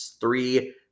three